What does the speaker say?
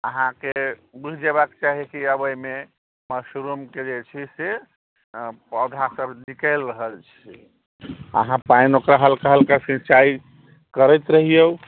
अहाँके बुझि जेबाके चाही कि आब एहिमे मशरूमके जे छै से पौधासब निकैल रहल छै अहाँ पानि ओकरा हल्का हल्का सिँचाइ करैत रहिऔ